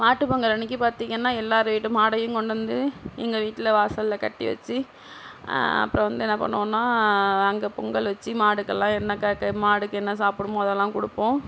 மாட்டுப்பொங்கல் அன்றைக்கி பார்த்தீங்கன்னா எல்லார் வீட்டு மாடையும் கொண்டு வந்து எங்கள் வீட்டில் வாசலில் கட்டி வச்சு அப்புறம் வந்து என்ன பண்ணுவோம்னா அங்கே பொங்கல் வச்சு மாடுக்கெலாம் என்ன மாடுக்கென்ன சாப்பிடுமோ அதெல்லாம் கொடுப்போம்